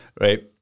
Right